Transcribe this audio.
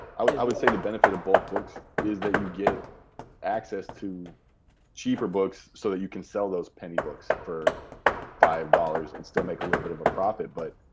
i would i would say the benefit of bulk books is that you get access to cheaper books so that you can sell those penny books for five dollars and still make a little bit of a profit but,